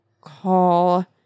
Call